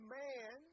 man